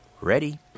Ready